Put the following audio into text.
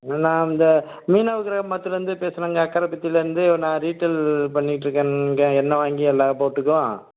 நான் இந்த மீனவ கிராமத்தில் இருந்து பேசுகிறேங்க அக்கரைப்பேட்டைலருந்து நான் ரீட்டைல் பண்ணிகிட்ருக்கேனுங்க எண்ணெய் வாங்கி எல்லா போட்டுக்கும்